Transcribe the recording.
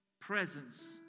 presence